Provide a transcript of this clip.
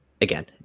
again